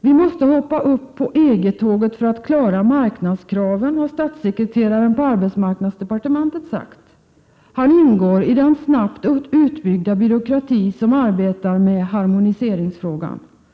Vi måste hoppa på EG-tåget för att klara marknadskraven, har statssekreteraren på arbetsmarknadsdepartementet sagt. Han ingår i den snabbt utbyggda byråkrati som arbetar med ”harmoniseringsfrågan”.